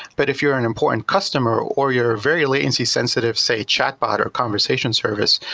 but if you are an important customer or you are very latency sensitive say chat bot or a conversation service,